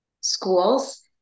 schools